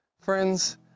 Friends